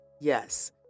Yes